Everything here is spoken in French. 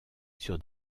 sur